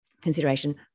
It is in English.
consideration